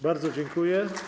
Bardzo dziękuję.